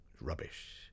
Rubbish